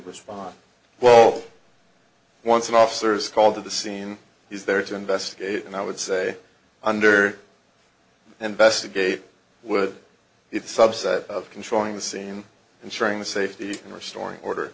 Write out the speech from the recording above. respond well once an officers called to the scene he's there to investigate and i would say under investigate would if subset of controlling the scene ensuring the safety or story order